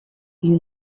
you